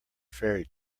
fairy